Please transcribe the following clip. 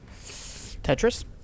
tetris